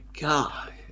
God